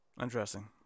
Interesting